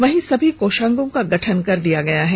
वहीं सभी कोषांगों का गठन कर दिया गया है